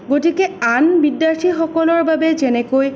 গতিকে আন বিদ্যাৰ্থীসকলৰ বাবে যেনেকৈ